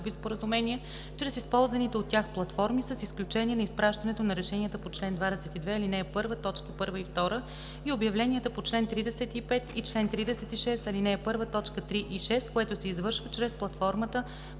споразумения чрез използваните от тях платформи, с изключение на изпращането на решенията по чл. 22, ал. 1, т. 1 и 2 и обявленията по чл. 35 и чл. 36, ал. 1, т. 3 и 6, което се извършва чрез платформата